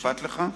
אכפת לך?